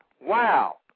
Wow